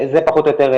זה פחות או יותר,